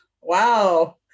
Wow